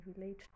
relate